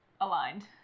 aligned